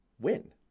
win